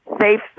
safe